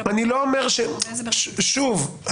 --- שוב,